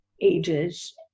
ages